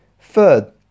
Third